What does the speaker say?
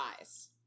eyes